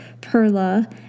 perla